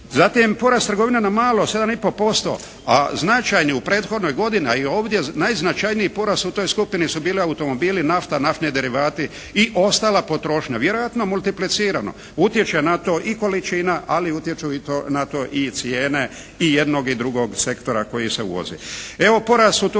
Zatim porast trgovine na malo 7,5%, a značajni u prethodnoj godini a i ovdje najznačajniji porast u toj skupini su bili automobili, nafta, naftni derivati i ostala potrošnja. Vjerojatno multiplicirano, utječe na to i količina, ali utječu na to i cijene i jednog i drugog sektora koji se uvozi.